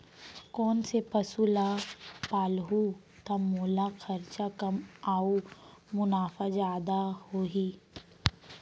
कोन से पसु ला पालहूँ त मोला खरचा कम अऊ मुनाफा जादा होही?